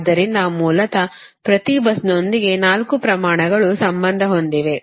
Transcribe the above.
ಆದ್ದರಿಂದ ಮೂಲತಃ ಪ್ರತಿ ಬಸ್ನೊಂದಿಗೆ 4 ಪ್ರಮಾಣಗಳು ಸಂಬಂಧ ಹೊಂದಿವೆ